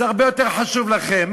זה הרבה יותר חשוב לכם.